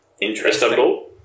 interesting